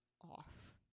off